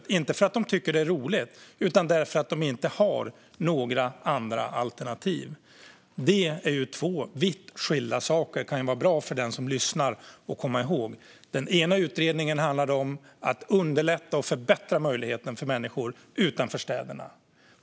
Det gör de inte för att de tycker att det är roligt utan därför att de inte har några andra alternativ. Det är två vitt skilda saker. Det kan vara bra för den som lyssnar att komma ihåg det. Den ena utredningen handlade om att underlätta och förbättra möjligheten för människor utanför städerna.